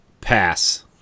pass